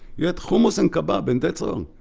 you had hummus and kebab, and that's all.